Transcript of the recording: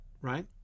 right